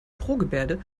drohgebärde